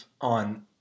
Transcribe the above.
on